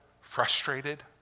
frustrated